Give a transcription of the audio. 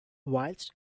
whilst